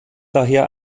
daher